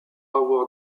avoir